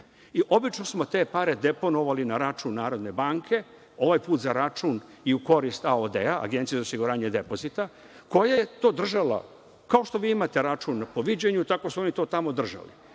i obično smo te pare deponovali na račun Narodne banke, ovaj put za račun i u korist AOD-a, Agencije za osiguranje depozita, koja je to držala, kao što vi imate račune po viđenju, tako su i oni to tamo držali.